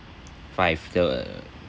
five the